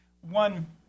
One